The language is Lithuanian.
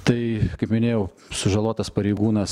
tai kaip minėjau sužalotas pareigūnas